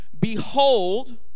behold